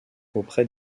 auprès